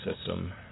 system